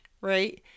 right